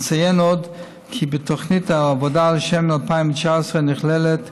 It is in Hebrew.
נציין עוד כי בתוכנית העבודה לשנת 2019 נכללת